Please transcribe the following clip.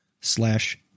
slash